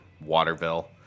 Waterville